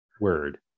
word